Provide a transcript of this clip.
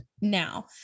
now